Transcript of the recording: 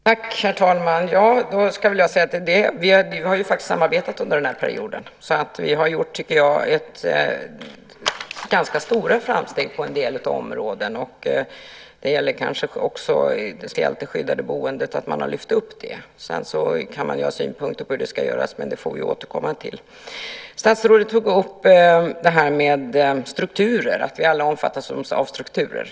Herr talman! Jag skulle vilja säga att vi samarbetat under den här perioden och också gjort ganska stora framsteg på en del områden. Det gäller kanske speciellt att man lyft fram vikten av det skyddade boendet. Sedan kan man ha synpunkter på hur det ska göras, men det får vi återkomma till. Statsrådet tog upp strukturerna och att vi alla omfattas av dem.